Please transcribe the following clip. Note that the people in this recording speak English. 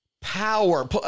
power